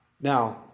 Now